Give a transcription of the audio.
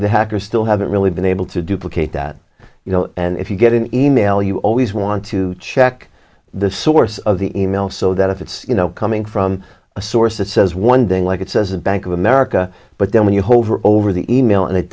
the hackers still haven't really been able to duplicate that you know and if you get an e mail you always want to check the source of the e mail so that if it's you know coming from a source that says one thing like it says a bank of america but then when you hold her over the e mail and it